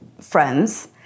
friends